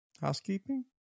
Housekeeping